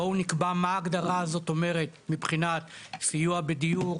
בואו נקבע מה ההגדרה הזאת אומרת מבחינת סיוע בדיור,